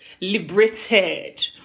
liberated